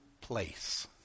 place